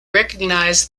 recognised